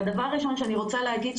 דבר ראשון שאני רוצה להגיד,